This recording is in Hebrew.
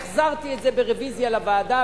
החזרתי את זה ברוויזיה לוועדה,